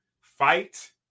fight